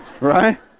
right